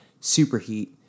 superheat